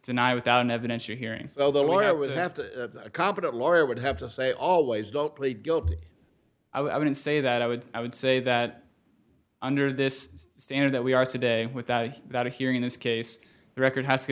deny without evidence you're hearing well the lawyer would have to a competent lawyer would have to say always don't plead guilty i wouldn't say that i would i would say that under this standard that we are today without that hearing in this case the record ha